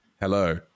hello